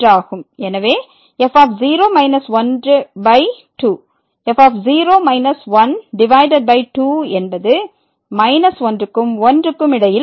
எனவே f 0 12 f minus 1 divided by 2 என்பது −1 க்கும் 1 க்கும் இடையில் இருக்கும்